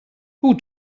who